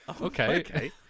Okay